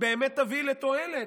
ובאמת יביא תועלת.